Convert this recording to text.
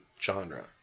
genre